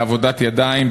בעבודת ידיים,